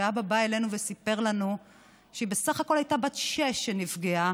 שהאבא בא אלינו וסיפר לנו שהיא בסך הכול הייתה בת שש כשהיא נפגעה,